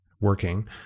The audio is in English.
working